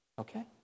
Okay